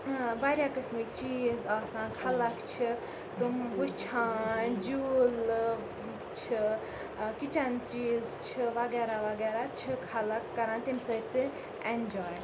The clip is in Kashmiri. واریاہ قٕسمٕکۍ چیٖز آسان خَلَق چھِ تم وٕچھان جوٗلہٕ چھِ کِچَن چیٖز چھِ وَغیرہ وَغیرہ چھِ خَلَق کَران تمہِ سۭتۍ تہِ اٮ۪نجاے